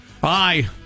Bye